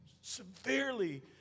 severely